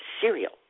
cereal